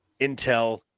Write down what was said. Intel